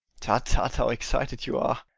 tut, tut! how excited you are.